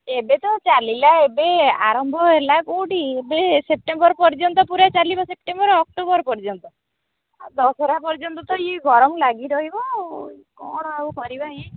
ଏବେ ତ ଚାଲିଲା ଏବେ ଆରମ୍ଭ ହେଲା କୋଉଠି ଏବେ ସେପ୍ଟେମ୍ବର ପର୍ଯ୍ୟନ୍ତ ପୁରା ଚାଲିବ ସେପ୍ଟେମ୍ବର ଅକ୍ଟୋବର ପର୍ଯ୍ୟନ୍ତ ଦଶହରା ପର୍ଯ୍ୟନ୍ତ ତ ଇଏ ଗରମ ଲାଗି ରହିବ ଆଉ କ'ଣ ଆଉ କରିବା ହିଁ